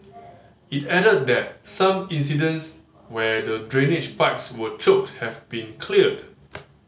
it added that some incidents where the drainage pipes were choked have been cleared